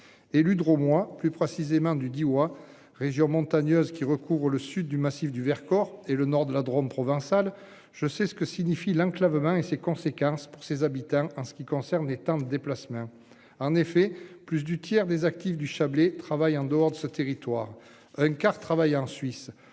Élus drômois, plus précisément du Diois région montagneuse qui recouvre le sud du massif du Vercors et le nord de la Drôme provençale, je sais ce que signifie l'enclavement et ses conséquences pour ses habitants. En ce qui concerne les timbres déplacement en effet plus du tiers des actifs du Chablais travaillent en dehors de ce territoire un quart travail en Suisse,